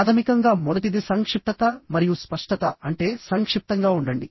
ప్రాథమికంగా మొదటిది సంక్షిప్తత మరియు స్పష్టత అంటే సంక్షిప్తంగా ఉండండి